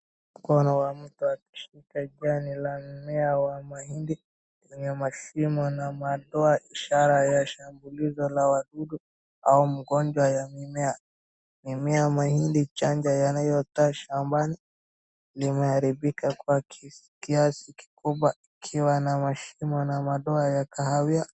Mkono wa mtu akishika jani la mmea wa mahindi ina mashimo na madoa ishara ya shambulizo la wadudu au magonjwa ya mimea, mimea ya mahindi chanjo yanayotosha shambani limeharibika kwa kiasi kikubwa ikiwa na mashimo na madoa ya kahawia.